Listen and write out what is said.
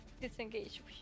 Disengage